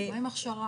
מה עם הכשרה?